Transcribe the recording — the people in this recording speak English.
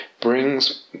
brings